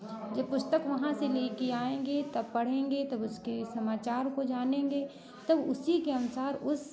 जब पुस्तक वहाँ से ले के आएंगे तब पढ़ेंगे तब उसके समाचार को जानेगे तब उसी के अनुसार उस